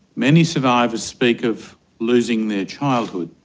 many survivors speak of losing their childhood.